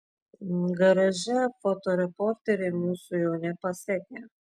garaže fotoreporteriai mūsų jau nepasiekia